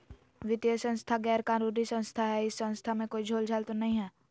वित्तीय संस्था गैर कानूनी संस्था है इस संस्था में कोई झोलझाल तो नहीं है?